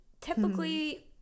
typically